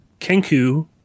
Kenku